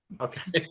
Okay